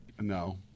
No